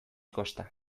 kosta